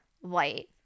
white